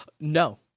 No